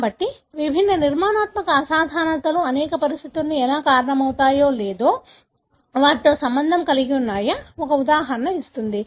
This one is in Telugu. కాబట్టి విభిన్న నిర్మాణాత్మక అసాధారణతలు అనేక పరిస్థితులకు ఎలా కారణమవుతాయో లేదా వాటితో సంబంధం కలిగి ఉన్నాయో ఒక ఉదాహరణ ఇస్తుంది